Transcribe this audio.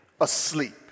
asleep